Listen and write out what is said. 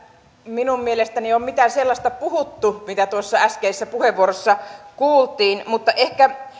minun mielestäni ole mitään sellaista puhuttu mitä tuossa äskeisessä puheenvuorossa kuultiin mutta ehkä